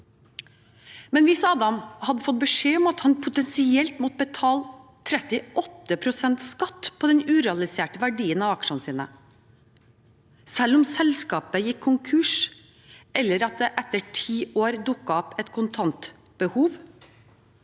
Hvis Adam hadde fått beskjed om at han potensielt måtte betale 38 pst. skatt på den urealiserte verdien av aksjene sine, selv om selskapet gikk konkurs, eller at det etter ti år dukket opp et kontantbehov